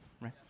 right